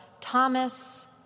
Thomas